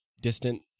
distant